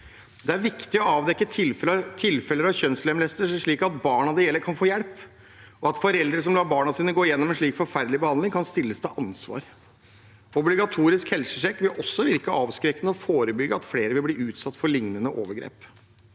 Det er viktig å avdekke tilfeller av kjønnslemlestelse slik at barna det gjelder, kan få hjelp, og at foreldre som lar barna sine gå gjennom en slik forferdelig behandling, kan stilles til ansvar. Obligatorisk helsesjekk vil også virke avskrekkende og forebygge at flere blir utsatt for lignende overgrep.